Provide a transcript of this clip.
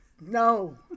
no